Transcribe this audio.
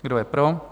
Kdo je pro?